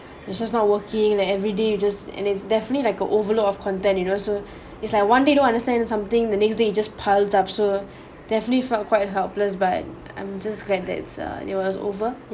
this is not working then everyday you just and it's definitely like a overload of content you know so it's like one day you don't understand something the next day just piled up so definitely felt quite helpless but I'm just glad that it's uh it was over